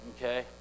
okay